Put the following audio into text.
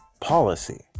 policy